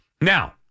Now